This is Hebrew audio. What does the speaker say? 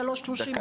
שלום לכולם.